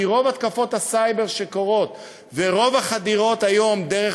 כי רוב התקפות הסייבר שקורות ורוב החדירות היום דרך